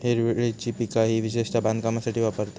हिरवळीची पिका ही विशेषता बांधकामासाठी वापरतत